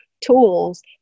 tools